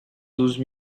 douze